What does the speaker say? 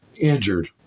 injured